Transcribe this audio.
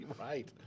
Right